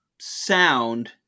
sound